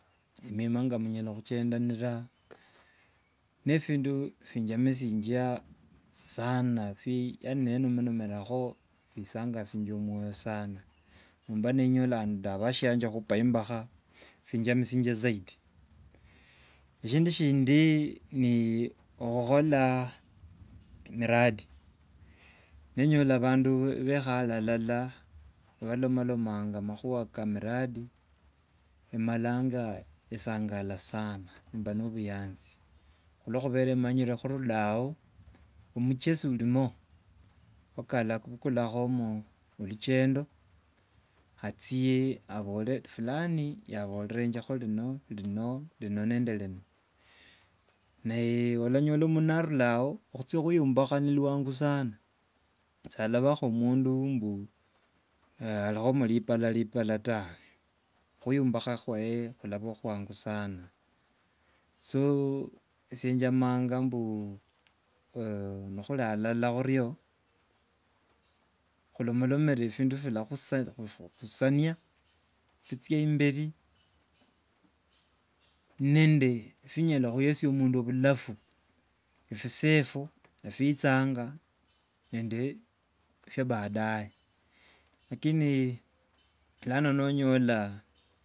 Emima nga munyala- khuchenderana ne- bindu vinjamishinja sana bi- enomanomerakho bisangasinga mwoyo sana. Emba ninyolane naabasie khupa imbakha binjamishinja zaidi. Esindu sindio ni khukhola miradi, ne- nyola bandu ni- bekhale alala balomalomanga makhua ka miradi imalanga ni sangala sana mba no- obuyanzi khulokhubera manyire khulura ao muchesi orimo mpaka alabukulakho- mo oluchendo achie abore fulani yaborerengekho rino rino nende rino. ona- nyola mundu mbu narulaao khucha khweyumbakha ni lwangu sana, salabakho mundu mbu arimo ripala- ripala ta! Khweyumbakha khwaye khulava khwangu sana. So esye njamanga mbu ni huri alala hurio hulomalomere bindu bina- khu- khukhusiana huchia imberi nende vinyala huba mundu bulafu bisaa ebyo bichanga nende bya baadaye, lakini lano nonyola.